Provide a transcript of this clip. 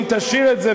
אם תשאיר את זה,